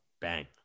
Bang